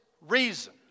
reason